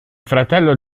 fratello